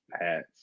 hats